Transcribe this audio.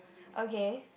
okay